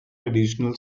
additional